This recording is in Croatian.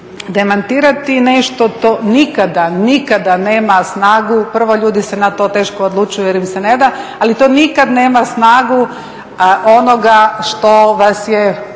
demantirati nešto, to nikada, nikada nema snagu, prvo ljudi se na to tešku odlučuju jer im se neda, ali to nikad nema snagu onoga što vas je